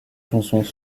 chansons